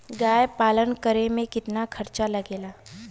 गाय पालन करे में कितना खर्चा लगेला?